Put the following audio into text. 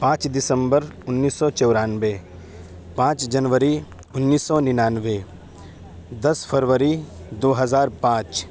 پانچ دسمبر انیس سو چورانوے پانچ جنوری انیس سو ننانوے دس فروری دو ہزار پانچ